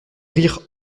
rire